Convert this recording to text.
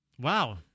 Wow